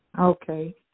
Okay